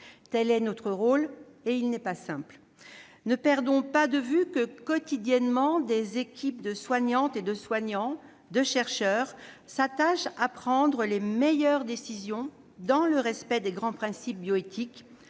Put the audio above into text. Tel est notre rôle, et il n'est pas simple. Ne perdons pas de vue que, quotidiennement, des équipes de soignantes et de soignants ainsi que des équipes de chercheurs s'attachent à prendre les meilleures décisions dans le respect des grands principes bioéthiques